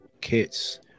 kits